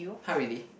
!huh! really